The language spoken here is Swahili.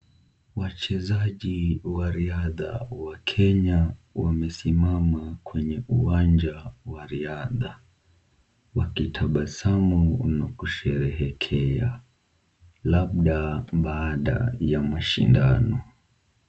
Wachezaji wa riadha wa Kenya wamesimama kwenye uwanja wa riadha. Wakitabasamu na kusherehekea, labda baada ya mashindano.